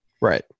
Right